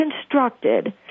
constructed